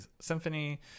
symphony